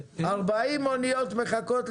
40 אוניות מחכות,